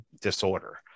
disorder